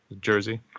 Jersey